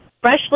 freshly